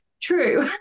true